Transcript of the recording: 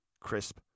crisp